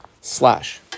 Slash